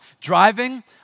driving